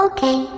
Okay